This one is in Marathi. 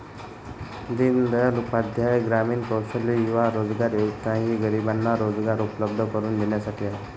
दीनदयाल उपाध्याय ग्रामीण कौशल्य युवा रोजगार योजना ही गरिबांना रोजगार उपलब्ध करून देण्यासाठी आहे